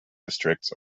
districts